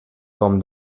com